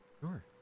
Sure